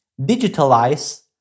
digitalize